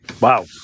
Wow